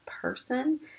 person